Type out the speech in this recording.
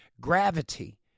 Gravity